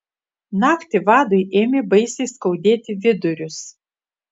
naktį vadui ėmė baisiai skaudėti vidurius